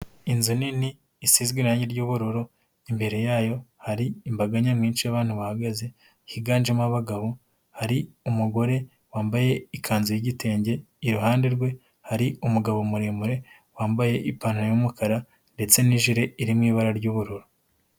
Inzu nini isizwe irangi ry'ubururu, imbere yayo hari imbaga nyamwinshi y'abantu bahagaze higanjemo abagabo, hari umugore wambaye ikanzu y'igitenge, iruhande rwe hari umugabo muremure wambaye ipantaro y'umukara ndetse n'ijire iri mu ibara ry'ubururu.